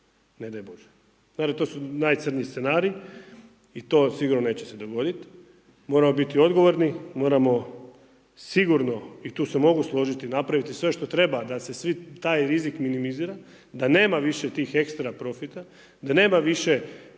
ne daj Bože. Naravno to su najcrnji scenariji i to sigurno neće se dogoditi. Moramo biti odgovorni, moramo sigurno i tu se mogu složiti napravit sve što treba da se svi, taj rizik minimizira, da nema više tih ekstra profita, da nema više